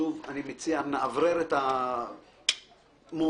שוב, נאוורר את המוח.